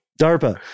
DARPA